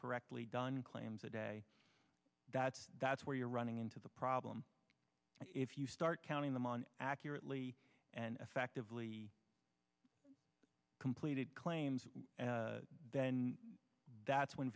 correctly done claims a day that's that's where you're running into the problem if you start counting them on accurately and effectively completed claims and then that's when